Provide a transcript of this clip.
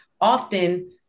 often